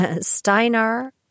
Steinar